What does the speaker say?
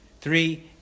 three